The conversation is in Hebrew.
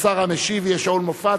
השר המשיב יהיה שאול מופז,